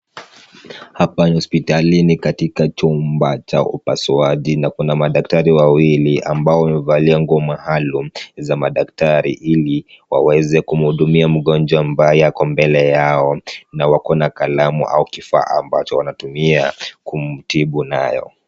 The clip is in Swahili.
Hapa ni hospitalini katika chumba cha upasuaji na kuna madaktari wawili ambao wamevalia nguo maalum za madaktari ili waweze kumhudumia mgonjwa ambaye ako mbele yao na wako na kalamu au kifaa ambacho wanatumia kumtibu nacho.